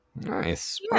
Nice